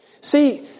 See